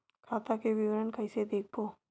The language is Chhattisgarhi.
खाता के विवरण कइसे देखबो?